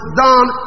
done